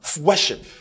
Worship